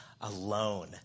alone